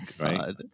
right